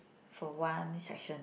for one section